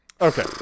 Okay